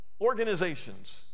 organizations